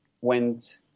went